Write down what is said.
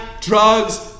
drugs